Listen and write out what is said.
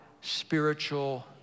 spiritual